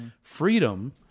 freedom